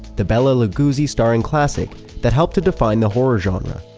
the bela lugosi-starring classic that helped to define the horror genre.